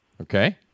okay